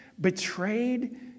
betrayed